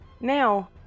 Now